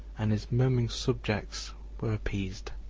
and his murmuring subjects were appeased.